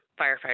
firefighter